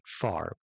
far